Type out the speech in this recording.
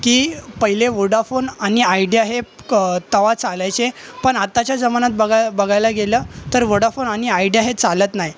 की पहिले वोडाफोन आणि आयडिया हे तेव्हा चालायचे पण आताच्या जमान्यात बगा बघायला गेलं तर वोडाफोन आणि आयडिया हे चालत नाही